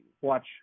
watch